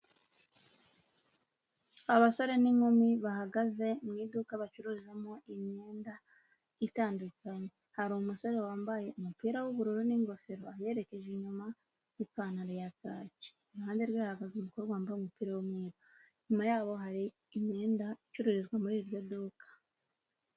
Abasore n'inkumi bahagaze mu iduka bacururizamo imyenda itandukanye, hari umusore wambaye umupira w'ubururu n'ingofero aherekeje inyuma n'ipantaro ya kaki, iruhande rwe hahagaze umukobwa wambaye umupira w'umweru, inyuma yaho hari imyenda icururizwa muri iryo duka.